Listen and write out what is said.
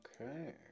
Okay